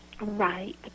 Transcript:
right